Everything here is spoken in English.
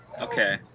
Okay